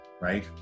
right